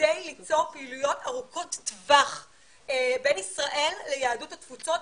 כדי ליצור פעילויות ארוכות טווח בין ישראל ליהדות התפוצות,